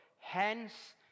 Hence